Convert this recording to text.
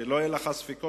שלא יהיו לך ספקות,